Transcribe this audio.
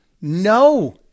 No